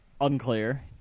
unclear